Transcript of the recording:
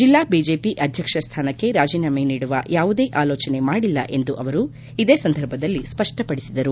ಜಿಲ್ಲಾ ಬಿಜೆಪಿ ಅಧ್ಯಕ್ಷ ಸ್ಥಾನಕ್ಕೆ ರಾಜೀನಾಮೆ ನೀಡುವ ಯಾವುದೇ ಆಲೋಚನೆ ಮಾಡಿಲ್ಲ ಎಂದು ಅವರು ಇದೇ ಸಂದರ್ಭದಲ್ಲಿ ಸ್ಪಷ್ಟ ಪಡಿಸಿದರು